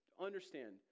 understand